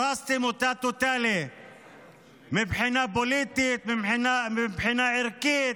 הרסתם אותה טוטלית מבחינה פוליטית, מבחינה ערכית,